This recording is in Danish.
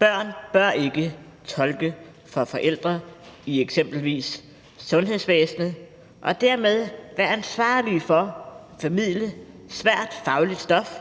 Børn bør ikke tolke for forældre i eksempelvis sundhedsvæsenet og dermed være ansvarlige for at formidle svært fagligt stof